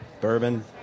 bourbon